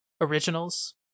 originals